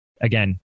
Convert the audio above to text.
again